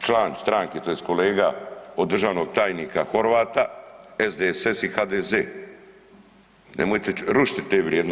član stranke tj. kolega od državnog tajnika Horvata SDSS i HDZ, nemojte rušiti te vrijednosti.